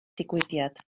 digwyddiad